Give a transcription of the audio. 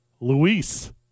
Luis